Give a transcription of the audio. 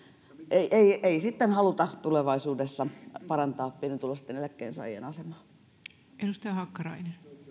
ei ei sitten haluta tulevaisuudessa parantaa pienituloisten eläkkeensaajien asemaa